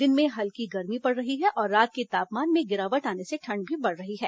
दिन में हल्की गर्मी पड़ रही है और रात के तापमान में गिरावट आने से ठंड भी बढ़ रही है